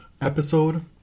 episode